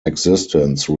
existence